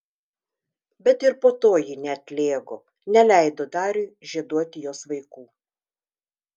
bet ir po to ji neatlėgo neleido dariui žieduoti jos vaikų